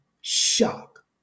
shock